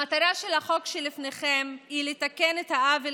המטרה של החוק שלפניכם היא לתקן את העוול